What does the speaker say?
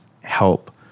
help